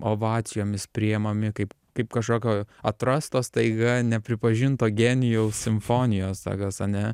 ovacijomis priimami kaip kaip kažkokio atrasto staiga nepripažinto genijaus simfonijos tokios ane